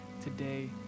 today